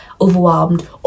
overwhelmed